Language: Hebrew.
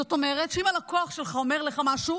זאת אומרת שאם הלקוח שלך אומר לך משהו